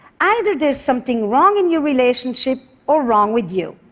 either there's something wrong in your relationship or wrong with you.